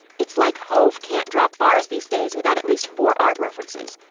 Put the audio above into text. it's like hov can't drop bars these days without at least four art references!